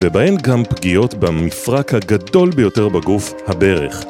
ובהן גם פגיעות במפרק הגדול ביותר בגוף, הברך